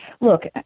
look